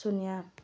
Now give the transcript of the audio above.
ꯁꯨꯅ꯭ꯌꯥ